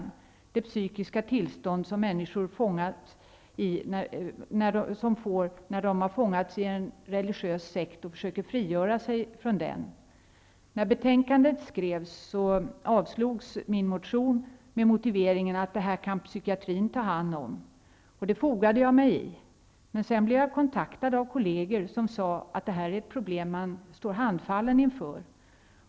Det är det psykiska tillstånd som människor kommer i när de fångats i en religiös sekt och försöker frigöra sig från den. När betänkandet skrevs avstyrktes min motion med motiveringen att psykiatrin kan ta hand om de problemen. Jag fogade mig i det. Men sedan blev jag kontaktad av kollegor som sade att det här är ett problem som man står handfallen inför.